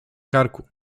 karku